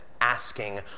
asking